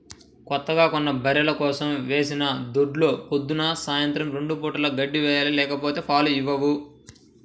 కొత్తగా కొన్న బర్రెల కోసం వేసిన దొడ్లో పొద్దున్న, సాయంత్రం రెండు పూటలా గడ్డి వేయాలి లేకపోతే పాలు ఇవ్వవు